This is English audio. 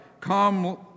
Come